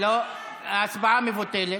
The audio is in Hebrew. ההצבעה מבוטלת.